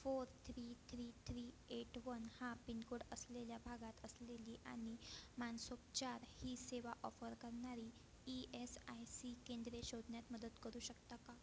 four three three three eight one हा pincode असलेल्या भागात असलेली आणि मानसोपचार ही सेवा ऑफर करणारी ई एस आय सी केंद्रे शोधण्यात मदत करू शकता का